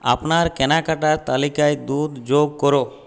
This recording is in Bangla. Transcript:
আপনার কেনাকাটার তালিকায় দুধ যোগ করুন